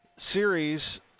Series